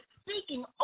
speaking